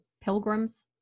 pilgrims